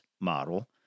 model